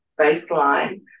baseline